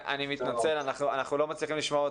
שניהם היו מאוד